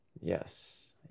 Yes